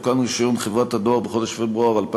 תוקן רישיון חברת הדואר בחודש פברואר 2015